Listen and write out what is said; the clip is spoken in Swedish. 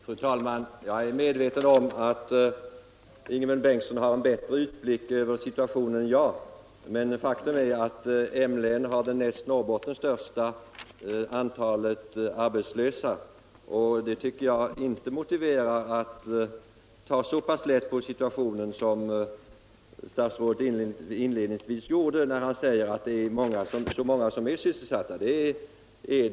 Fru talman! Jag är medveten om att Ingemund Bengtsson har bättre överblick över situationen än jag, men faktum är att M-län näst Norrbotten har det största antalet arbetslösa, och det tycker jag inte motiverar att ta så lätt på situationen som statsrådet inledningsvis gjorde, när han sade att det är många som är sysselsatta i länet.